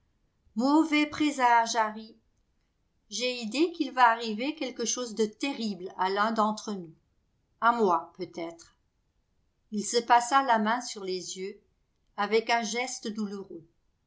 mauvais présage harry j'ai idée qu'il va arriver quelque chose de terrible à l'un d'entre nous a moi peut-être se passa la main sur les yeux avec un geste douloureux